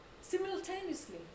Simultaneously